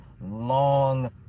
long